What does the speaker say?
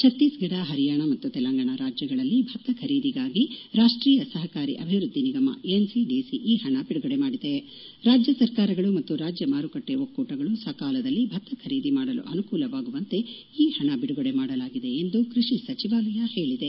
ಛತ್ತೀಸ್ಗಢ ಹರಿಯಾಣ ಮತ್ತು ತೆಲಂಗಾಣ ರಾಜ್ಜಗಳಲ್ಲಿ ಭತ್ತ ಬರೀದಿಗಾಗಿ ರಾಷ್ಟೀಯ ಸಹಕಾರಿ ಅಭಿವೃದ್ದಿ ನಿಗಮ ಎನ್ಸಿಡಿಸಿ ಈ ಪಣ ಬಿಡುಗಡೆ ಮಾಡಿದೆ ರಾಜ್ಯ ಸರ್ಕಾರಗಳು ಮತ್ತು ರಾಜ್ಯ ಮಾರುಕಟ್ಟೆ ಒಕ್ಕೂಟಗಳು ಸಹಾಲದಲ್ಲಿ ಭತ್ತ ಖರೀದಿ ಮಾಡಲು ಅನುಕೂಲವಾಗುವಂತೆ ಈ ಹಣ ಬಿಡುಗಡೆ ಮಾಡಲಾಗಿದೆ ಎಂದು ಕೃಷಿ ಸಚಿವಾಲಯ ತಿಳಿಸಿದೆ